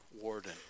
warden